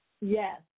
Yes